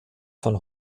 von